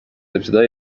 ابتدای